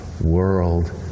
world